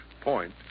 point